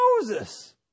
Moses